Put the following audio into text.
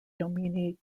domini